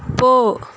போ